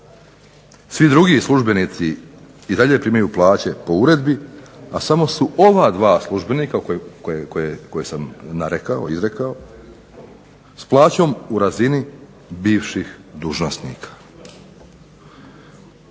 Svi drugi službenici i dalje primaju plaće po uredbi, a samo su ova dva službenika koje sam narekao, izrekao s plaćom u razini bivših dužnosnika.